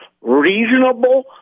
reasonable